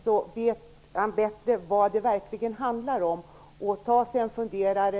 Då vet han bättre vad det egentligen handlar om och kan ta sig en funderare.